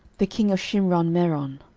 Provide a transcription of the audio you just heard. the king of shimronmeron,